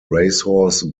racehorse